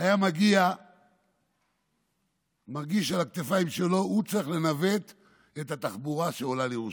היה מרגיש על הכתפיים שלו שהוא צריך לנווט את התחבורה שעולה לירושלים.